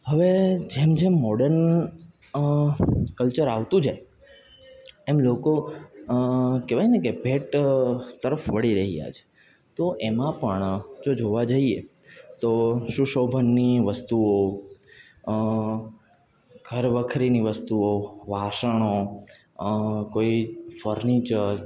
હવે જેમ જેમ મોડર્ન કલ્ચર આવતું જાય એમ લોકો કહેવાયને કે ભેટ તરફ વળી રહ્યા છે તો એમાં પણ જો જોવા જઈએ તો સુશોભનની વસ્તુઓ ઘરવખરીની વસ્તુઓ વાસણો કોઈ ફર્નિચર